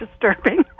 disturbing